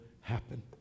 happen